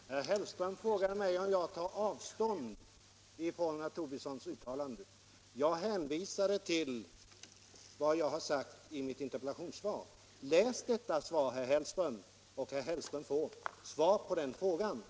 Herr talman! Herr Hellström frågade mig om jag tar avstånd från herr Tobissons uttalande. Jag hänvisade till vad jag har sagt i frågesvaret. Läs det, och herr Hellström får svar på frågan!